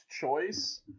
choice